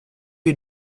you